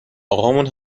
اقامون